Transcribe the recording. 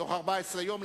בתוך 14 יום,